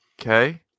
okay